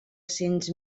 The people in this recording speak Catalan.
cents